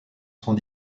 sans